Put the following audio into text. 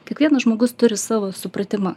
kiekvienas žmogus turi savo supratimą